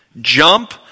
jump